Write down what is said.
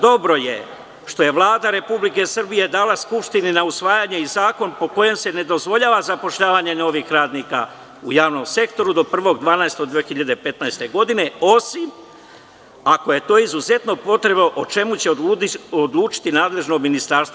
Dobro je što je Vlada Republike Srbije dala Skupštini na usvajanje i zakon po kojem se ne dozvoljava zapošljavanje novih radnika u javnom sektoru do 1. decembra 2015. godine, osim ako je to izuzetno potrebno, o čemu će odlučiti nadležno ministarstvo.